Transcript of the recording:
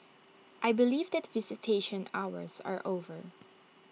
I believe that visitation hours are over